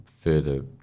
further